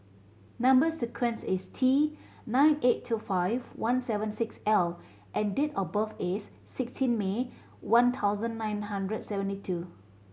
number sequence is T nine eight two five one seven six L and date of birth is sixteen May one thousand nine hundred seventy two